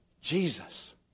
Jesus